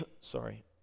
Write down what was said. Sorry